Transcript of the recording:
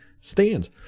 stands